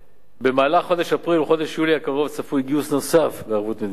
בחודש אפריל ובחודש יולי הקרוב צפוי גיוס נוסף בערבות מדינה.